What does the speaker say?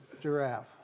giraffe